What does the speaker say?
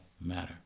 matter